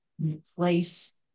replace